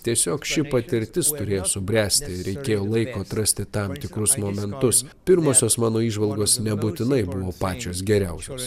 tiesiog ši patirtis turėjo subręsti reikėjo laiko atrasti tam tikrus momentus pirmosios mano įžvalgos nebūtinai buvo pačios geriausios